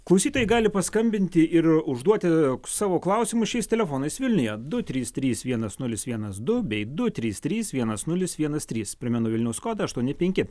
klausytojai gali paskambinti ir užduoti savo klausimus šiais telefonais vilniuje du trys trys vienas nulis vienas du bei du trys trys vienas nulis vienas trys primenu vilniaus kodą aštuoni penki